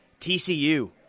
TCU